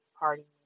party